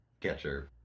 catcher